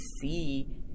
see